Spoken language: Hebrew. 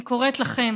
אני קוראת לכם,